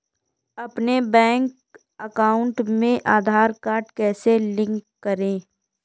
अपने bank account में Aadhaar card कैसे लिंक करें?